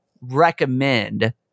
recommend